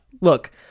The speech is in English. look